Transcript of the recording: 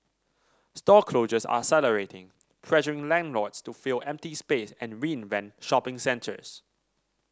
store closures are accelerating pressuring landlords to fill empty space and reinvent shopping centres